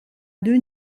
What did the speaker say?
deux